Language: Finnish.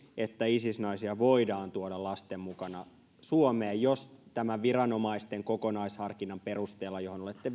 että isis naisia voidaan tuoda lasten mukana suomeen jos tämän viranomaisten kokonaisharkinnan perusteella johon olette